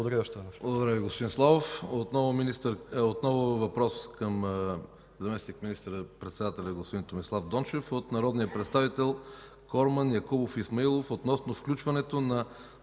Благодаря Ви, господин Славов. Отново въпрос към заместник министър-председателя господин Томислав Дончев. Той е от народния представител Корман Якубов Исмаилов относно включването на